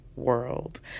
world